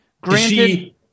granted